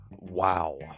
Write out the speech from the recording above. Wow